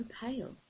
pale